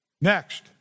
Next